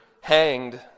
hanged